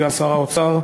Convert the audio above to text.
סגן שר האוצר,